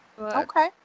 Okay